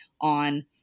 on